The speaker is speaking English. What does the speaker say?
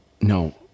No